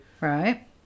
Right